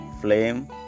flame